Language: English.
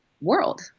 world